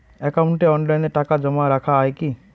একাউন্টে অনলাইনে টাকা জমা রাখা য়ায় কি?